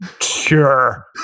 Sure